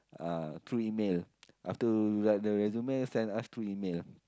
uh through email after you write the resume sent us through email